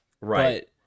Right